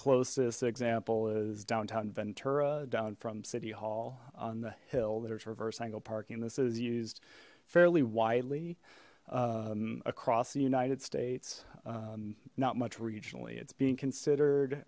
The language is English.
closest example is downtown ventura down from city hall on the hill there's reverse angle parking this is used fairly widely across the united states not much regionally it's being considered